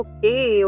Okay